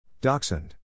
Dachshund